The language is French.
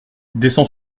descend